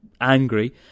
angry